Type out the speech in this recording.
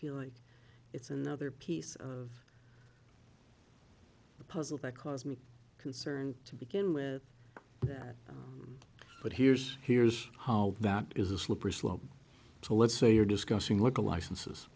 feel like it's another piece of the puzzle that cause me concern to begin with that but here's here's how that is a slippery slope so let's say you're discussing local licenses